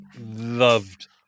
loved